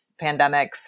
pandemics